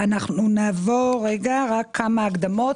רק כמה הקדמות.